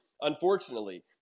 Unfortunately